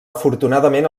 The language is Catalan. afortunadament